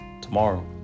Tomorrow